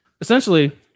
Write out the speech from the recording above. essentially